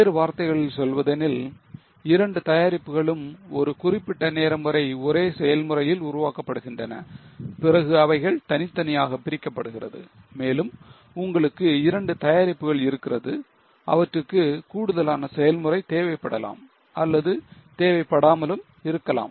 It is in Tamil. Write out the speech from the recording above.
வேறு வார்த்தைகள் சொல்வதெனில் இந்த இரண்டு தயாரிப்புகளும் ஒரு குறிப்பிட்ட நேரம் வரை ஒரே செயல் முறையில் உருவாக்கப்படுகின்றன பிறகு அவைகள் தனித்தனியாக பிரிக்கப்படுகிறது மேலும் உங்களுக்கு இரண்டு தயாரிப்புகள் இருக்கிறது அவற்றுக்கு கூடுதலான செயல்முறை தேவைப்படலாம் அல்லது தேவை படாமலும் இருக்கலாம்